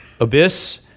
abyss